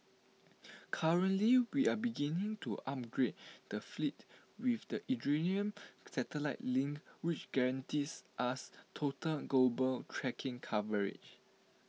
currently we are beginning to upgrade the fleet with the Iridium satellite link which guarantees us total global tracking coverage